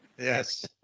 Yes